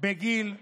בגיל פרישה.